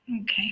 Okay